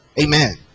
Amen